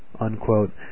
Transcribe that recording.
unquote